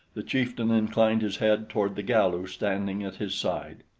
the chieftain inclined his head toward the galu standing at his side.